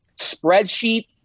spreadsheet